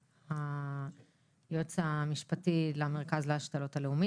היועץ המשפטי למרכז הלאומי להשתלות,